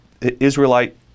Israelite